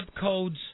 codes